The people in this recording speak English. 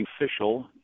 Official